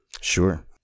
Sure